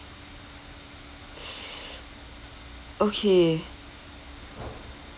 okay